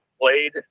played